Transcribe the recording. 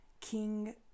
King